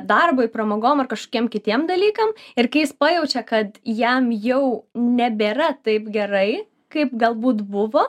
darbui pramogom ar kažkokiem kitiem dalykam ir kai jis pajaučia kad jam jau nebėra taip gerai kaip galbūt buvo